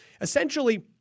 Essentially